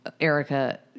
Erica